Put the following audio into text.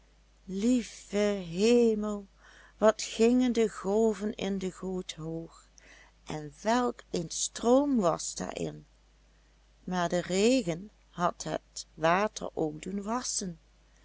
lieve hemel wat gingen de golven in de goot hoog en welk een stroom was daarin maar de regen had het water ook doen wassen